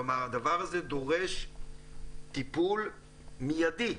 כלומר, הדבר הזה דורש טיפול מיידי.